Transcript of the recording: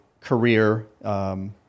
career